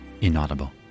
inaudible